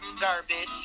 garbage